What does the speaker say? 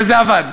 וזה עבד.